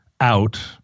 out